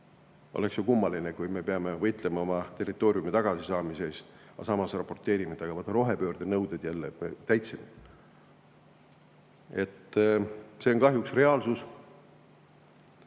Oleks ju kummaline, kui me peaks võitlema oma territooriumi tagasisaamise eest, aga samas raporteeriksime, et aga vaata, rohepöördenõudeid me jälle täitsime. See on kahjuks reaalsus.